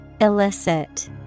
Illicit